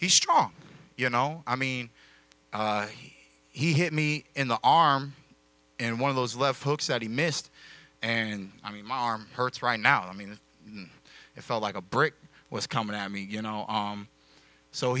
he's strong you know i mean he hit me in the arm and one of those left hooks that he missed and i mean my arm hurts right now i mean it felt like a brick was coming i mean you know